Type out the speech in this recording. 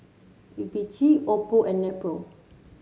V Vichy Oppo and Nepro